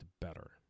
better